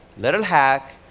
little hack,